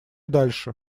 дальше